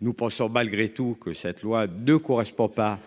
nous pensons malgré tout que cette loi de correspond pas